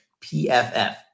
PFF